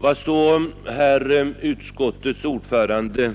Vad utskottets ordförande